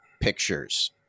pictures